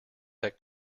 that